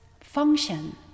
function